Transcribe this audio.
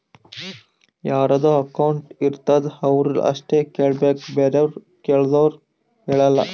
ಯಾರದು ಅಕೌಂಟ್ ಇರ್ತುದ್ ಅವ್ರು ಅಷ್ಟೇ ಕೇಳ್ಬೇಕ್ ಬೇರೆವ್ರು ಕೇಳ್ದೂರ್ ಹೇಳಲ್ಲ